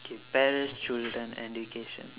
okay parents children education